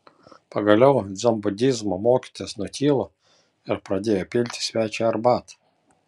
pagaliau dzenbudizmo mokytojas nutilo ir pradėjo pilti svečiui arbatą